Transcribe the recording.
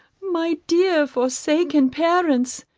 my dear forsaken parents!